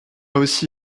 aussi